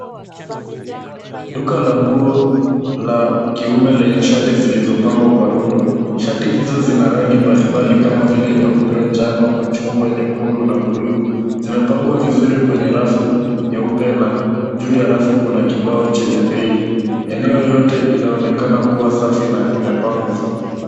Duka la nguo la kiume lenye shati zilizopangwa kwa rundo. Shati hizo zina rangi mbalimbali kama vile nyeupe, njano, machungwa, nyekundu na buluu. Zimepangwa vizuri kwenye rafu nyeupe na juu ya rafu kuna kibao chenye bei. Eneo yote inaonekana kuwa safi na imepangwa.